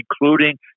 including